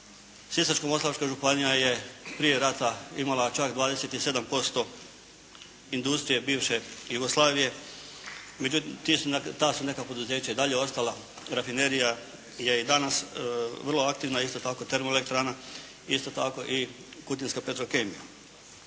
Sisačko-moslavačka županija je prije rata imala čak 27% industrije bivše Jugoslavije, međutim ta su neka poduzeća i dalje ostala, rafinerija je i danas vrlo aktivna, isto tako i termoelektrana, isto tako i kutinska Petrokemija.